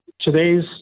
today's